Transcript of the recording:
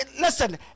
Listen